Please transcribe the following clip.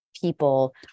people